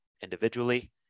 individually